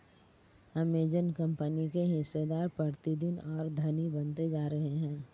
Amazon कंपनी के हिस्सेदार प्रतिदिन और धनी बनते जा रहे हैं